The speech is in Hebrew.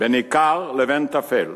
בין עיקר לבין טפל,